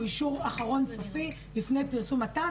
אישור אחרון וסופי לפי פרסום הוראת השעה.